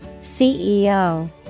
CEO